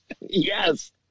Yes